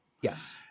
yes